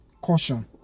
caution